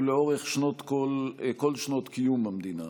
ולאורך כל שנות קיום המדינה.